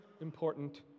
important